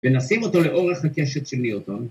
‫ונשים אותו לאורך הקשת של ניוטון